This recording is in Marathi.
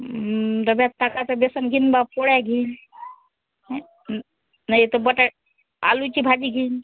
डब्यात टाकायचं बेसन बिल्ला पोळ्या घीन नाहीतर बटाट आलू ची भाजी घीन